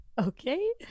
Okay